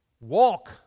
Walk